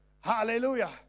Hallelujah